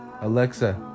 Alexa